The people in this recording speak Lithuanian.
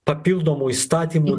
papildomų įstatymų